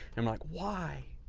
i'm like why?